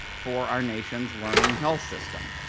for our nation's learning health system.